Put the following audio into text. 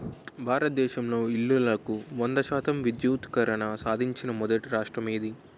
భారతదేశంలో ఇల్లులకు వంద శాతం విద్యుద్దీకరణ సాధించిన మొదటి రాష్ట్రం ఏది?